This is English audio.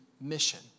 mission